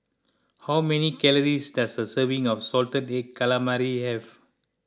how many calories does a serving of Salted Egg Calamari have